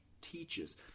teaches